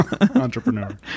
Entrepreneur